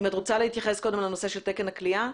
את רוצה קודם להתייחס לנושא של תקן הכליאה?